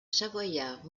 savoyard